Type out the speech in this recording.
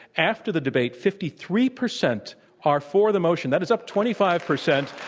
after the debate, fifty three percent are for the motion. that is up twenty five percent.